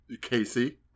Casey